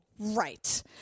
Right